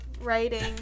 writing